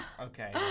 Okay